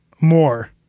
more